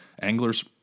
anglers